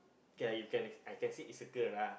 K lah you can l~ I can say is a girl lah